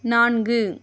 நான்கு